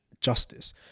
justice